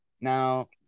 Now